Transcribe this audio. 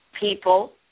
people